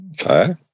Okay